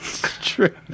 true